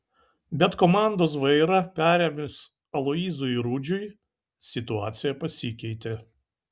bet komandos vairą perėmus aloyzui rudžiui situacija pasikeitė